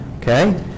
okay